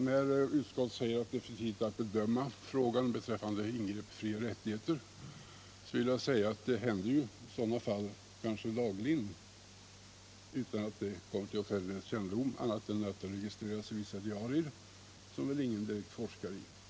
När utskottet säger att det är för tidigt att bedöma frågan beträffande ingrepp i frioch rättigheter, vill jag framhålla att sådana fall kanske inträffar dagligen utan att komma till offentlighetens kännedom på annat sätt än att de registreras i vissa diarier, som väl ingen direkt forskar i.